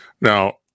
Now